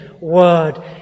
word